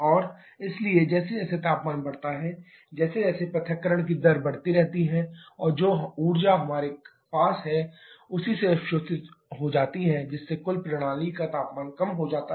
और इसलिए जैसे जैसे तापमान बढ़ता है वैसे वैसे पृथक्करण की दर बढ़ती रहती है और जो ऊर्जा हमारे पास है उसी से अवशोषित हो जाती है जिससे कुल प्रणाली का तापमान कम हो जाता है